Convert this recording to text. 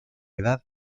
edad